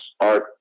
art